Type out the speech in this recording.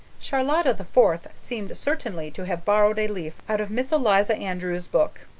charlotta the fourth seemed certainly to have borrowed a leaf out of miss eliza andrews' book.